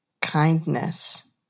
kindness